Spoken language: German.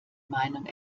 meinung